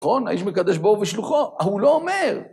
נכון? האיש מקדש בו ובשלוחו, הוא לא אומר.